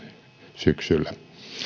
syksyllä